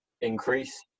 increase